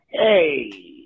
Hey